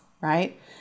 right